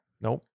nope